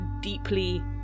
deeply